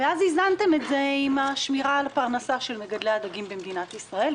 ואז איזנתם את זה עם השמירה על הפרנסה של מגדלי הדגים במדינת ישראל,